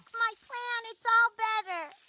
my plant, it's all better.